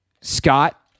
Scott